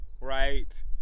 right